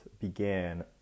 began